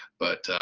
but